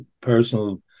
personal